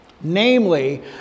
namely